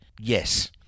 yes